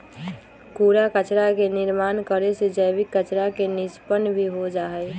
कूड़ा कचरा के निर्माण करे से जैविक कचरा के निष्पन्न भी हो जाहई